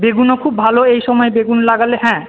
বেগুনও খুব ভালো এইসময় বেগুন লাগালে হ্যাঁ